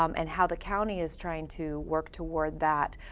um and how the county is trying to work toward that.